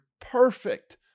perfect